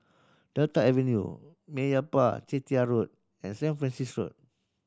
Delta Avenue Meyappa Chettiar Road and Saint Francis Road